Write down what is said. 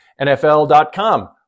NFL.com